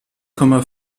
komma